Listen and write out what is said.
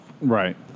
Right